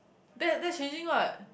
that that's changing what